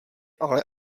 ale